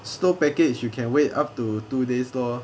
slow package you can wait up to two days lor